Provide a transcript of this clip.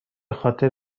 خاطر